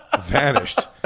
vanished